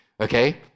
okay